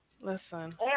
Listen